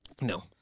No